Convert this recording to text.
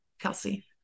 Kelsey